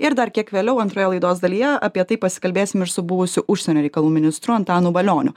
ir dar kiek vėliau antroje laidos dalyje apie tai pasikalbėsim ir su buvusiu užsienio reikalų ministru antanu valioniu